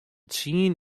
tsien